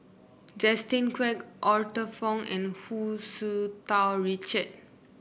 Justin Quek Arthur Fong and Hu Tsu Tau Richard